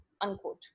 unquote